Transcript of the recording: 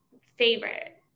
favorite